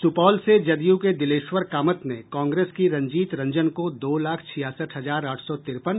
सुपौल से जदयू के दिलेश्वर कामत ने कांग्रेस की रंजीत रंजन को दो लाख छियासठ हजार आठ सौ तिरपन